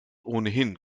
ohnehin